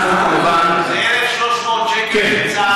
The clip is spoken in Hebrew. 1,300 שקל שצה"ל משלם.